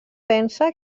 pensa